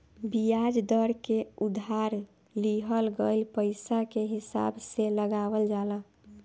बियाज दर के उधार लिहल गईल पईसा के हिसाब से लगावल जाला